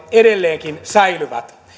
edelleenkin säilyvät